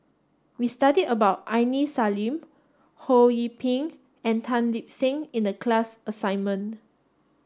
we studied about Aini Salim Ho Yee Ping and Tan Lip Seng in the class assignment